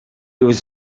was